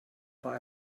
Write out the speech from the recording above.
war